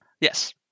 Yes